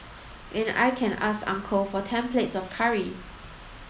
and I can ask uncle for ten plates of curry